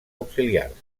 auxiliars